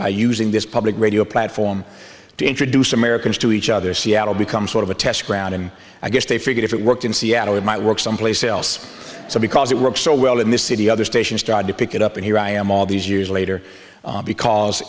by using this public radio platform to introduce americans to each other seattle becomes sort of a test ground and i just i figured if it worked in seattle it might work someplace else because it works so well in this city other stations started to pick it up and here i am all these years later because